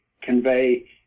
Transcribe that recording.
convey